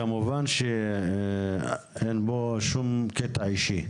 כמובן שאין פה שום קטע אישי